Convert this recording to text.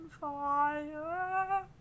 fire